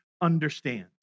Understand